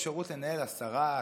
אפשרות לנהל 10,